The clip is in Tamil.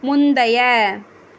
முந்தைய